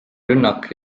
rünnak